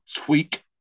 tweak